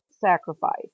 sacrifice